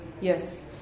Yes